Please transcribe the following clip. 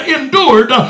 endured